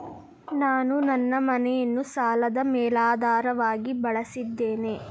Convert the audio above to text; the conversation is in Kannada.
ನಾನು ನನ್ನ ಮನೆಯನ್ನು ಸಾಲದ ಮೇಲಾಧಾರವಾಗಿ ಬಳಸಿದ್ದೇನೆ